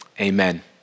Amen